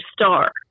star